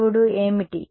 ఇప్పుడు ఏమిటి